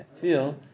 feel